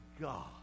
God